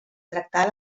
tractar